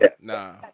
Nah